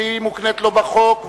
שהיא מוקנית לו בחוק,